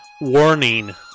Warning